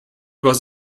was